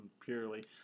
purely